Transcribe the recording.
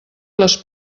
les